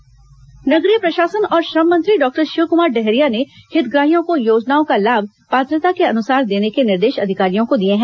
समीक्षा बैठक नगरीय प्रशासन और श्रम मंत्री डॉक्टर शिवक्मार डहरिया ने हितग्राहियों को योजनाओं का लाभ पात्रता के अनुसार देने के निर्देश अधिकारियों को दिए हैं